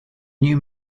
new